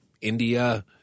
India